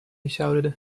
shouted